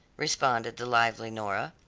responded the lively nora.